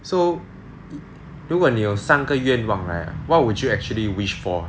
so 如果你有三个愿望 right why would you actually wish for